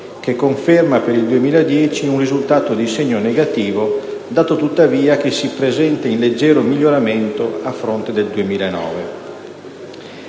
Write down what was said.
che conferma per il 2010 un risultato di segno negativo, dato tuttavia che si presenta in leggero miglioramento a fronte del 2009.